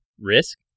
Risk